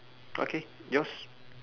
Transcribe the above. okay yours